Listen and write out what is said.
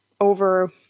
over